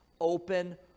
open